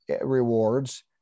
rewards